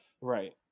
right